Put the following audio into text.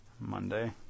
Monday